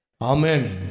Amen